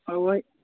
आओर ओएह